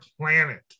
planet